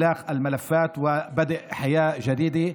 בסגירת התיקים הללו ובהתחלת חיים חדשים.